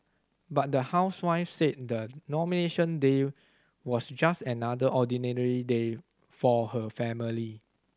but the housewife said the Nomination Day was just another ordinary day for her family